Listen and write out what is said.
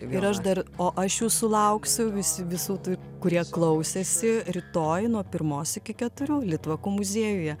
ir aš dar o aš jūsų lauksiu vis visų tų kurie klausėsi rytoj nuo pirmos iki keturių litvakų muziejuje